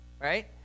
right